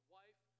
wife